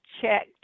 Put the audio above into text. checked